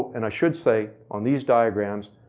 and i should say on these diagrams,